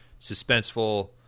suspenseful